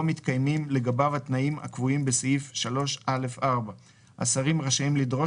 מתקיימים לגביו התנאים הקבועים בסעיף 3(א)(4); השרים רשאים לדרוש